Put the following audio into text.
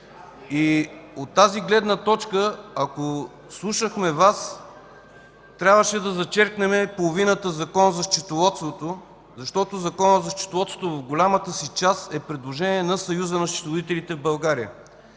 От тази гледна точка, ако слушахме Вас, трябваше да зачеркнем половината Закон за счетоводството, защото Законът за счетоводството в голямата си част е предложение на Съюза на счетоводителите в България.